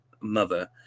mother